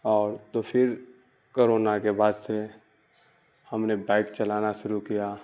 اور تو پھر کرونا کے بعد سے ہم نے بائک چلانا شروع کیا